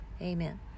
amen